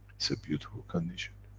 it's a beautiful condition.